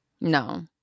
no